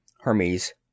Hermes